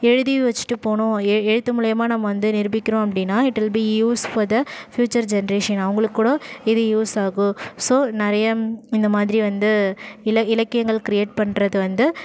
எழுதி வச்சுட்டு போனோம் எ எழுத்து மூலயமா நம்ம வந்து நிரூபிக்கிறோம் அப்படின்னா it will be use for the future generation அவங்களுக்கு கூடம் இது யூஸ் ஆகும் ஸோ நிறைய இந்தமாதிரி வந்து இல இலக்கியங்கள் க்ரியேட் பண்ணுறது வந்து